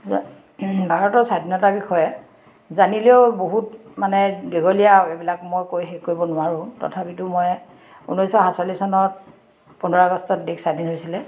ভাৰতৰ স্বাধীনতাৰ বিষয়ে জানিলেও বহুত মানে দীঘলীয়া এইবিলাক মই কৈ শেষ কৰিব নোৱাৰোঁ তথাপিতো মই ঊনৈছশ সাতচল্লিছ চনত পোন্ধৰ আগষ্টত দেশ স্বাধীন হৈছিলে